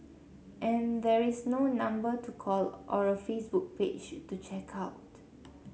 and there is no number to call or a Facebook page to check out